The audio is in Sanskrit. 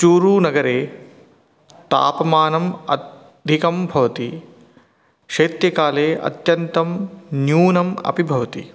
चूरुनगरे तापमानम् अधिकं भवति शैत्यकाले अत्यन्तं न्यूनम् अपि भवति